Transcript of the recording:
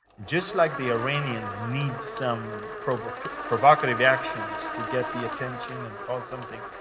just like the iranians need some provocative provocative actions to get the attention and cause something,